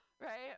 Right